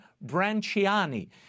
Branciani